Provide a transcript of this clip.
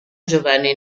giovanni